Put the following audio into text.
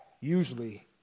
usually